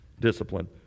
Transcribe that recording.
discipline